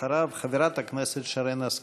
אחריו, חברת הכנסת שרן השכל.